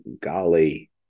golly